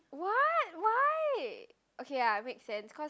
what why okay lah make sense cause